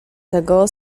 tego